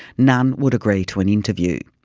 none would agree to an interview.